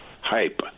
hype